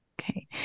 okay